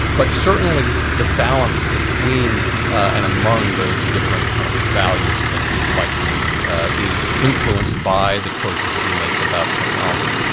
but certainly the balance between and among those different kinds kind of values that give life meaning is influenced by the choices that we make about technologies.